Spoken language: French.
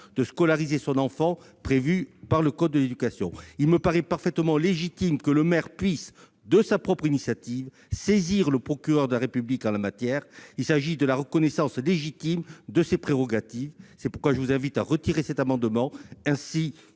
de scolariser son enfant prévue par le code de l'éducation. Il me paraît parfaitement légitime que le maire puisse, de sa propre initiative, saisir le procureur de la République en la matière. Il s'agit de la reconnaissance légitime de ses prérogatives. C'est pourquoi je vous invite, ma chère collègue, à retirer cet amendement.